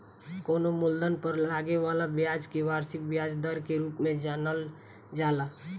कवनो मूलधन पर लागे वाला ब्याज के वार्षिक ब्याज दर के रूप में जानल जाला